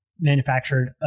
manufactured